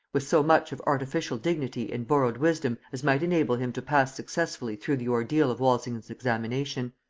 with so much of artificial dignity and borrowed wisdom as might enable him to pass successfully through the ordeal of walsingham's examination.